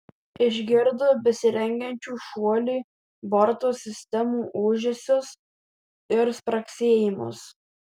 išgirdo besirengiančių šuoliui borto sistemų ūžesius ir spragsėjimus